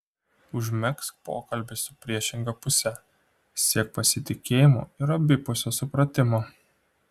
užmegzk pokalbį su priešinga puse siek pasitikėjimo ir abipusio supratimo